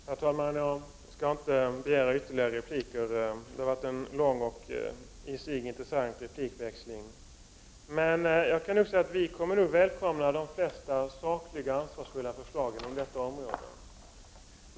Herr talman! Jag skall bara säga att det har varit en lång och i sig intressant ordväxling. Vi moderater kommer nog att välkomna de flesta sakliga och ansvarsfulla förslag som läggs fram på detta område.